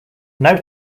now